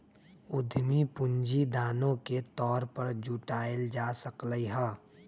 उधमी पूंजी दानो के तौर पर जुटाएल जा सकलई ह